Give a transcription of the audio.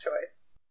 choice